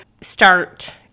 start